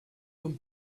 one